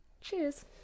Cheers